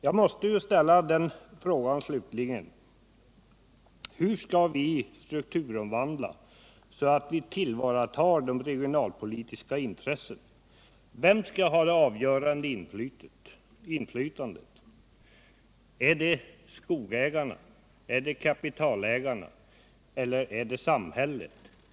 Jag måste slutligen ställa frågan: Hur skall vi strukturomvandla så att vi tillvaratar de regionalpolitiska intressena? Vem skall ha det avgörande inflytandet? Är det skogsägarna, är det kapitalägarna eller är det samhället?